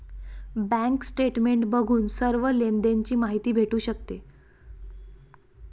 bank statement बघून सर्व लेनदेण ची माहिती भेटू शकते